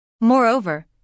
Moreover